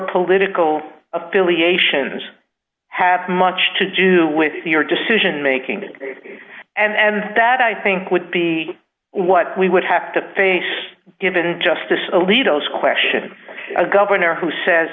political affiliations have much to do with your decision making and that i think would be what we would have to face given justice alito is question a governor who says